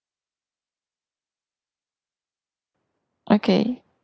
okay